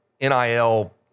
NIL